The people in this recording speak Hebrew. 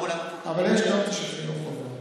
יש גם את האופציה של חינוך חובה.